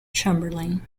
chamberlain